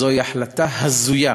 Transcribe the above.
שזוהי החלטה הזויה.